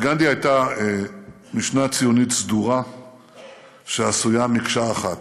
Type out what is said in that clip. לגנדי הייתה משנה ציונית סדורה שעשויה מקשה אחת.